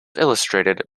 illustrated